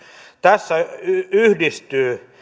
tässä yhdistyvät